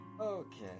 Okay